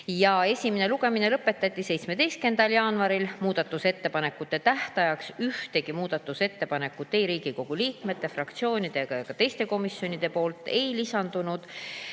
Esimene lugemine lõpetati 17. jaanuaril. Muudatusettepanekute tähtajaks ühtegi muudatusettepanekut Riigikogu liikmetelt, fraktsioonidelt ega teistelt komisjonidelt ei lisandunud.